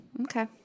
Okay